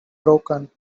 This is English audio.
broken